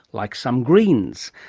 like some greens.